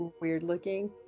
weird-looking